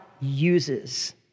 uses